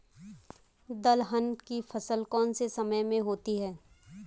दलहन की फसल कौन से समय में होती है?